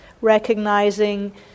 Recognizing